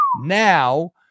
Now